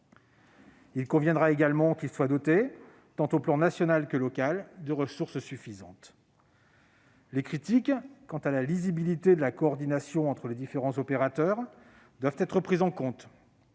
Il conviendra également qu'il soit doté, tant au plan national que local, des ressources suffisantes. » Les critiques relatives à la lisibilité de la coordination entre les différents opérateurs doivent être prises en compte.